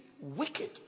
wicked